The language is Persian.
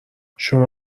شما